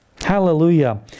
Hallelujah